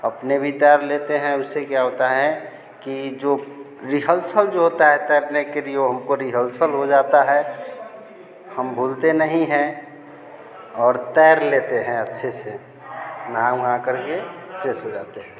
अपने भी तैर लेते हैं उससे क्या होता है कि जो रिहल्सल जो होता है तैरने के लिए वह हमको रिहल्सल हो जाता है हम बोलते नहीं हैं और तैर लेते हैं अच्छे से नहा वहा कर फ्रेश हो जाते हैं